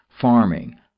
farming